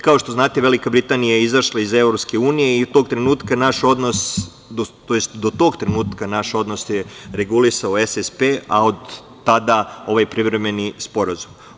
Kao što znate, Velika Britanija je izašla iz EU i do tog trenutka naš odnos je regulisao SSP, a od tada ovaj privremeni sporazum.